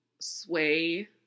sway